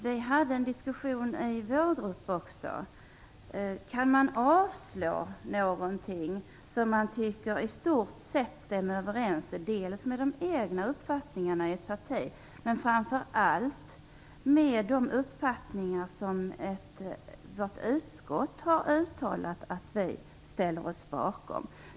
Vi hade i vår grupp en diskussion just i frågan, om man kan avslå någonting som man tycker stämmer överens dels med det egna partiets uppfattningar, dels med de uppfattningar som utskottet har uttalat att man ställer sig bakom.